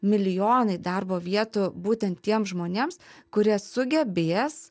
milijonai darbo vietų būtent tiem žmonėms kurie sugebės